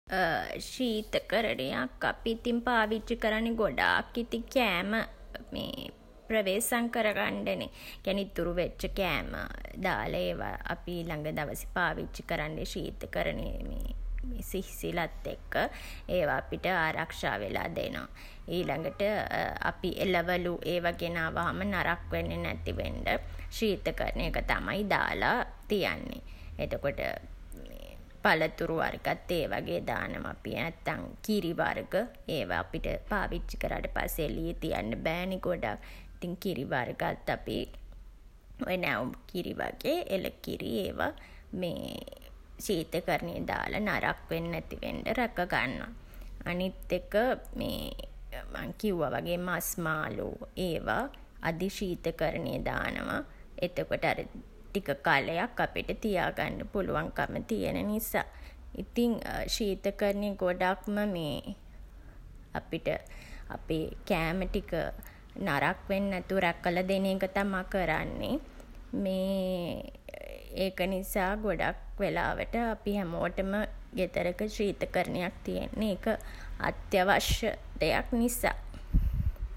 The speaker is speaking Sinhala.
ශීතකරණයක් අපි ඉතින් පාවිච්චි කරන්නේ ගොඩාක් ඉතින් කෑම ප්‍රවේසම් කරගන්ඩ නේ. ඒ කියන්නේ ඉතුරු වෙච්ච කෑම දාලා ඒවා අපි ඊළඟ දවසේ පාවිච්චි කරන්න ශීතකරණයේ සිසිලත් එක්ක ඒවා අපිට ආරක්ෂා වෙලා දෙනවා. ඊළඟට අපි එළවලු ඒවා ගෙනාවහම නරක් වෙන්නේ නැති වෙන්ඩ ශීතකරණයක තමයි දාලා තියන්නේ. එතකොට පළතුරු වර්ගත් ඒ වගේ දානවා. අපි නැත්තන් කිරි වර්ග ඒවා අපිට පාවිච්චි කරාට පස්සේ එළියේ තියන්ඩ බෑ නේ ගොඩක්. ඉතින් කිරි වර්ගත් අපි ඔය නැවුම් කිරි වගේ එළකිරි ඒවා ශීතකරණයේ දාලා නරක් වෙන්නැති වෙන්ඩ රැක ගන්නවා. අනිත් එක මන් කිව්වා වගේ මස් මාළු ඒවා අධි ශීතකරණයේ දානවා. එතකොට අර ටික කාලයක් අපිට තියාගන්ඩ පුළුවන්කම තියන නිසා. ඉතින් ශීතකරණයේ ගොඩක්ම අපිට අපේ කෑම ටික නරක වෙන් නැතුව රැකලා දෙන එක තමා කරන්නේ. මේ ඒක නිසා ගොඩක් වෙලාවට අපි හැමෝටම ගෙදරක ශීතකරණයක් තියෙන්නේ ඒක අත්‍යවශ්‍ය දෙයක් නිසා.